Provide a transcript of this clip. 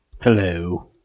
Hello